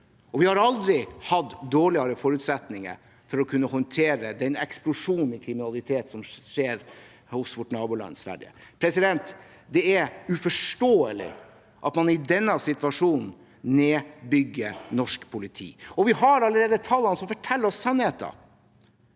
og vi har aldri hatt dårligere forutsetninger for å kunne håndtere en slik eksplosjon i kriminaliteten som den som skjer i vårt naboland Sverige. Det er uforståelig at man i denne situasjonen nedbygger norsk politi. Vi har allerede tallene som forteller oss sannheten.